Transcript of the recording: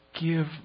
give